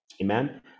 amen